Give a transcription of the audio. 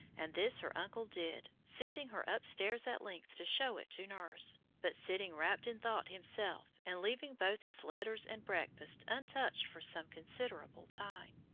and this her uncle did, sending her upstairs at length to show it to nurse, but sitting wrapped in thought himself and leaving both his letters and breakfast untouched for some considerable time.